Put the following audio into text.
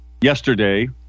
yesterday